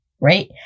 Right